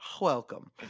welcome